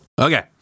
Okay